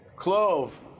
Clove